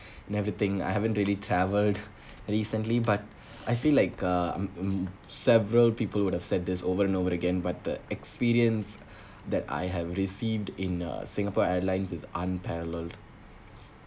never think I haven't really travelled recently but I feel like uh mm mm several people would have said this over and over again but the experience that I have received in a singapore airlines is unparalleled